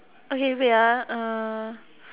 okay wait ah uh